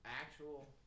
actual